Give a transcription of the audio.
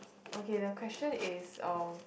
okay the question is um